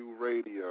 Radio